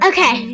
Okay